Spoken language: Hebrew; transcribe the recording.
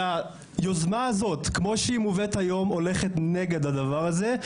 והיוזמה הזאת כמו שהיא מובאת היום הולכת נגד הדבר הזה,